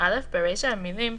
לפי סעיפים 4,